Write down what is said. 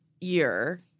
year